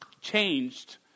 changed